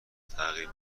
تغییر